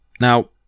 Now